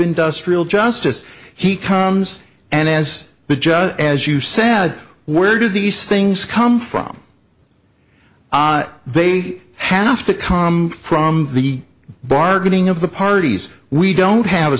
industrial justice he comes and as the judge as you said where do these things come from they have to come from the bargaining of the parties we don't have a